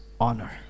honor